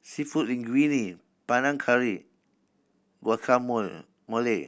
Seafood Linguine Panang Curry